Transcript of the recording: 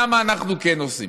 למה אנחנו כן עושים.